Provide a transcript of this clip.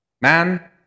Man